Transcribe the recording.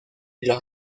los